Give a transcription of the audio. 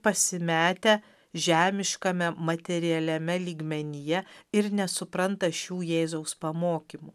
pasimetę žemiškame materialiame lygmenyje ir nesupranta šių jėzaus pamokymų